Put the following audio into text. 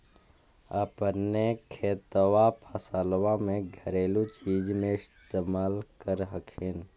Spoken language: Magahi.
अपने खेतबा फसल्बा मे घरेलू चीज भी इस्तेमल कर हखिन?